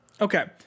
Okay